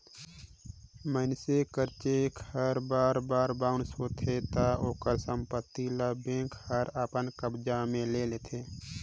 मइनसे कर चेक हर बार बार बाउंस होथे ता ओकर संपत्ति ल बेंक हर अपन कब्जा में ले लेथे